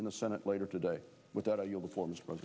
in the senate later today without a you'll forms